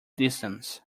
distance